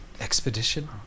expedition